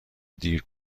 دیر